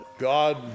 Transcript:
God